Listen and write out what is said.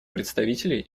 представителей